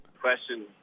Question